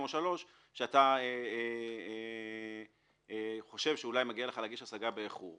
או שלוש שאתה חושב שאולי מגיע לך להגיש השגה באיחור.